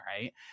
right